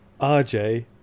RJ